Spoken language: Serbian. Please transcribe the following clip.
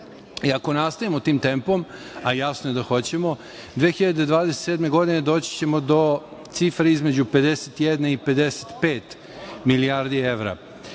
Ako nastavimo tim tempom, a jasno je da hoćemo, 2027. godine doći ćemo do cifre između 51 i 55 milijardi evra. Ono